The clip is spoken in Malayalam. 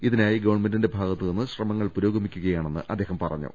ഇതിനായി ഗവൺമെന്റിന്റെ ഭാഗത്ത് നിന്ന് ശ്രമങ്ങൾ പുരോഗമിക്കുകയാണെന്ന് അദ്ദേഹം പറഞ്ഞു